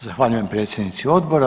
Zahvaljujem predsjednici Odbora.